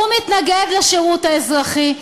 הוא מתנגד לשירות האזרחי.